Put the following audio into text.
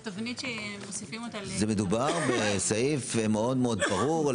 זו תבנית שמוסיפים אותה --- מדובר בסעיף מאוד מאוד ברור.